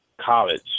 college